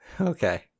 Okay